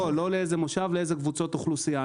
לא לאיזה מושב אלא לאיזה קבוצות אוכלוסייה.